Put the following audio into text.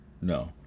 No